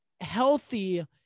healthy